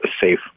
safe